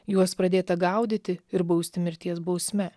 juos pradėta gaudyti ir bausti mirties bausme